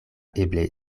eble